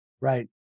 Right